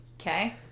Okay